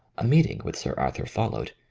a meeting with sir arthur followed,